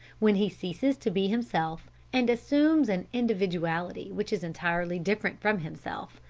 when he ceases to be himself, and assumes an individuality which is entirely different from himself.